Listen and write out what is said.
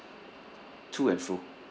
to and fro